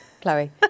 Chloe